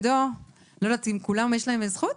לכולם יש זכות?